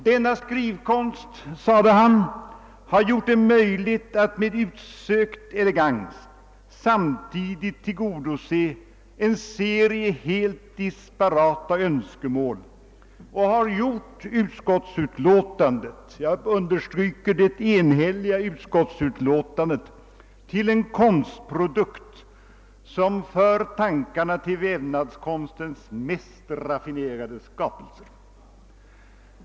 Denna skrivkonst, sade han, har gjort det möjligt att med utsökt elegans samtidigt tillgodose en serie helt disparata önskemål och har gjort det enhälliga utskottsutlåtandet, jag understryker det enhälliga utskottsutlåtandet, till en konstprodukt som för tankarna till vävnadskonstens mest raffinerade skapelser.